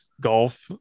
golf